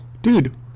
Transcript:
Dude